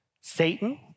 Satan